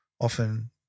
often